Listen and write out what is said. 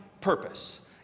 purpose